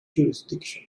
jurisdiction